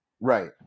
right